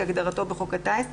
כהגדרתו בחוק הטיס,